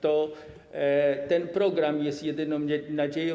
Ten program jest jedyną nadzieją.